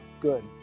good